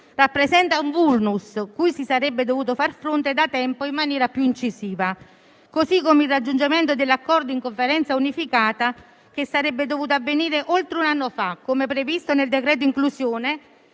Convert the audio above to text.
rappresenta un *vulnus* cui si sarebbe dovuto far fronte da tempo in maniera più incisiva, così come il raggiungimento dell'accordo in Conferenza unificata che sarebbe dovuto avvenire oltre un anno fa, come previsto nel decreto cosiddetto